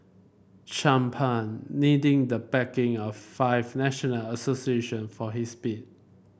champagne needing the backing of five national association for his bid